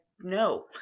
no